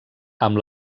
amb